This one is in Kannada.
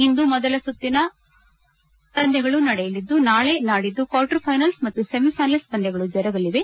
ಇಂದು ಮೊದಲ ಸುತ್ತಿನ ಪಂದ್ಯಗಳು ನಡೆಯಲಿದ್ದು ನಾಳೆ ನಾಡಿದ್ದು ಕ್ವಾರ್ಟರ್ ಫೈನಲ್ಸ್ ಮತ್ತು ಸೆಮಿಫೈನಲ್ಸ್ ಪಂದ್ಯಗಳು ಜರುಗಲಿವೆ